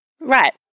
Right